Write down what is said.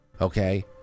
okay